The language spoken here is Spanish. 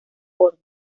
forma